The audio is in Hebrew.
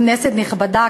כנסת נכבדה,